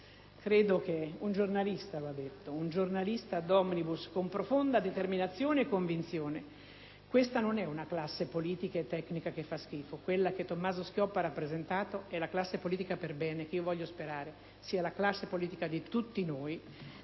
Credo che un giornalista ad «Omnibus*»* lo abbia detto, con profonda determinazione e convinzione. Questa non è una classe politica e tecnica che fa schifo. Quella che Tommaso Padoa-Schioppa ha rappresentato è la classe politica perbene che, lo voglio sperare, è la classe politica di tutti noi,